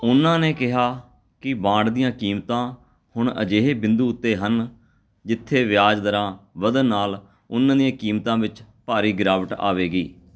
ਉਨ੍ਹਾਂ ਨੇ ਕਿਹਾ ਕਿ ਬਾਂਡ ਦੀਆਂ ਕੀਮਤਾਂ ਹੁਣ ਅਜਿਹੇ ਬਿੰਦੂ ਉੱਤੇ ਹਨ ਜਿੱਥੇ ਵਿਆਜ ਦਰਾਂ ਵਧਣ ਨਾਲ ਉਨ੍ਹਾਂ ਦੀਆਂ ਕੀਮਤਾਂ ਵਿੱਚ ਭਾਰੀ ਗਿਰਾਵਟ ਆਵੇਗੀ